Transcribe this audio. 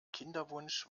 kinderwunsch